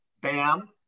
Bam